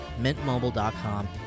mintmobile.com